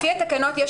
לפי התקנות,